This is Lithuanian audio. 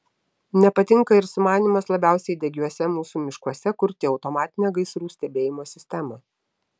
nepatinka ir sumanymas labiausiai degiuose mūsų miškuose kurti automatinę gaisrų stebėjimo sistemą